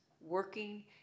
working